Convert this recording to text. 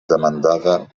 demandada